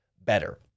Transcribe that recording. better